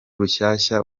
rushyashya